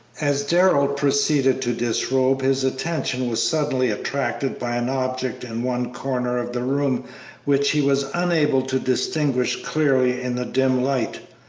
as darrell proceeded to disrobe his attention was suddenly attracted by an object in one corner of the room which he was unable to distinguish clearly in the dim light.